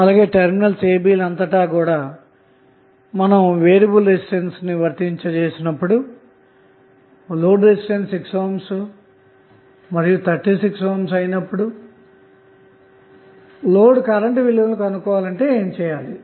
అలాగే terminal a b అంతటా మీరు వేరియబుల్ రెసిస్టెన్స్ వర్తించినప్పుడు లోడ్ రెసిస్టెన్స్ 6 ohm మరియు 36 ohm అయినప్పుడు లోడ్ కరెంటు విలువలు కనుగొనాలంటే ఏమి చేస్తారు